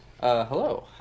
Hello